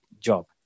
job